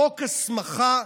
חוק הסמכה,